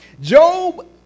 Job